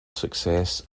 success